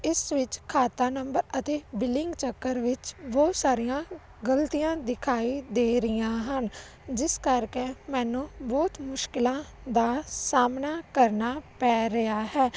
ਇਸ ਵਿੱਚ ਖਾਤਾ ਨੰਬਰ ਅਤੇ ਬਿਲਿੰਗ ਚੱਕਰ ਵਿੱਚ ਬਹੁਤ ਸਾਰੀਆਂ ਗਲਤੀਆਂ ਦਿਖਾਈ ਦੇ ਰਹੀਆਂ ਹਨ ਜਿਸ ਕਰਕੇ ਮੈਨੂੰ ਬਹੁਤ ਮੁਸ਼ਕਿਲਾਂ ਦਾ ਸਾਹਮਣਾ ਕਰਨਾ ਪੈ ਰਿਹਾ ਹੈ